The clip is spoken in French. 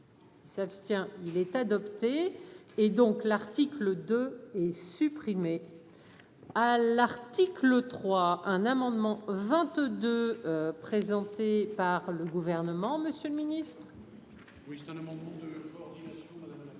Il s'abstient, il est adopté, et donc l'article 2 est supprimé. à l'article 3 un amendement 22 présentée par le gouvernement, Monsieur le Ministre. Oui, c'est un amendement de coordination dans un, dans